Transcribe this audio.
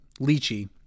lychee